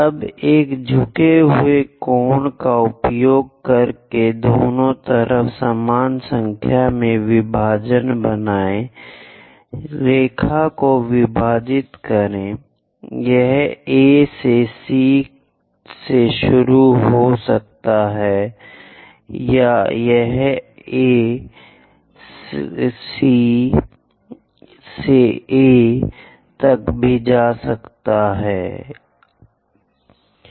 अब एक झुके हुए कोण का उपयोग करके दोनों तरफ समान संख्या में विभाजन बनाएं रेखा को विभाजित करें यह A से C से शुरू हो सकता है या यह A आह C से A तक भी हो सकता है यह पूरी तरह से ठीक है